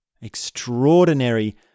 extraordinary